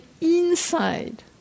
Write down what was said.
inside